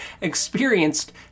experienced